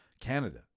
Canada